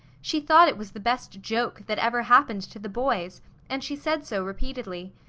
she thought it was the best joke that ever happened to the boys and she said so repeatedly.